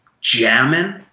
jamming